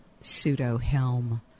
pseudo-helm